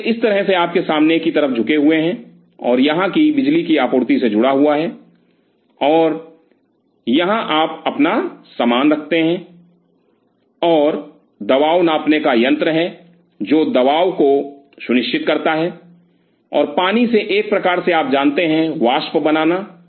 तो वे इस तरह से आपके सामने की तरफ झुके हुए हैं और यहाँ बिजली की आपूर्ति से जुड़ा है और यहाँ आप अपना सामान रखते हैं और दबाव नापने का यंत्र है जो दबाव को सुनिश्चित करता है और पानी से एक प्रकार से आप जानते हैं वाष्प बनाना